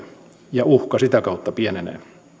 ja uhka sitä kautta pienenee